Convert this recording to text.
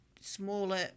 smaller